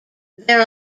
there